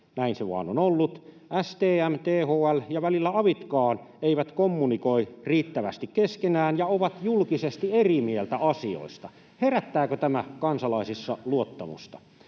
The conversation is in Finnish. näin se vaan on ollut. STM, THL ja välillä avitkaan eivät kommunikoi riittävästi keskenään ja ovat julkisesti eri mieltä asioista. Herättääkö tämä kansalaisissa luottamusta?